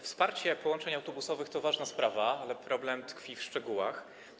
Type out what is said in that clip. Wsparcie połączeń autobusowych to ważna sprawa, ale problem tkwi w szczegółach.